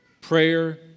prayer